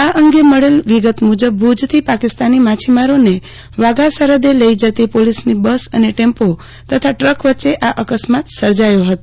આ અંગે મળેલ વિગત મુજબ ભુજથી પાકિસ્તાની માછીમારોને વાઘા સરહદે લઇ જતી પોલીસની બસ અને ટેમ્પો તથા દ્રક વચ્ચે આ અકસ્માત સર્જાથો હતો